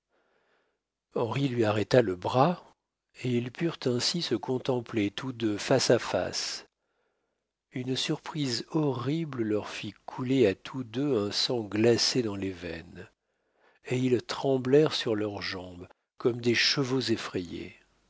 henri lui arrêta le bras et ils purent ainsi se contempler tous deux face à face une surprise horrible leur fit couler à tous deux un sang glacé dans les veines et ils tremblèrent sur leurs jambes comme des chevaux